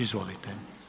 Izvolite.